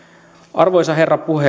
arvoisa herra puhemies elämme